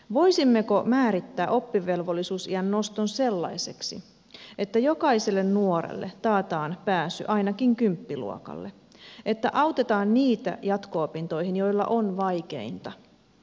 voisimmeko määrittää oppivelvollisuusiän noston sellaiseksi että jokaiselle nuorelle taataan pääsy ainakin kymppiluokalle että autetaan jatko opintoihin niitä joilla on vaikeinta